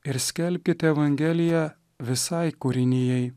ir skelbkite evangeliją visai kūrinijai